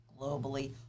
globally